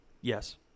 Yes